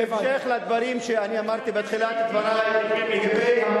בהמשך לדברים שאמרתי בתחילת דברי לגבי,